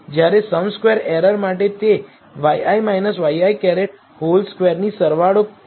જ્યારે sum square error માટે તે yi ŷi2 નો સરવાળો છે